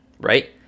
Right